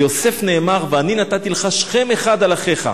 ליוסף נאמר: "ואני נתתי לך שכם אחד על אחיך",